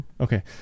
Okay